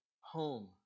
home